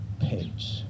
page